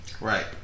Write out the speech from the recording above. Right